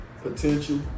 potential